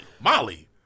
Molly